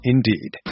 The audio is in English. Indeed